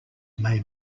may